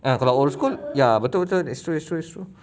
ah kalau old school ya betul betul that's true it's true it's true